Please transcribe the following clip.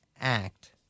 Act